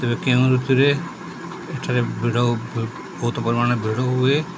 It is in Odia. ଏବେ କେଉଁ ଋତୁରେ ଏଠାରେ ଭିଡ଼ ବହୁତ ପରିମାଣ ଭିଡ଼ ହୁଏ